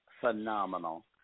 phenomenal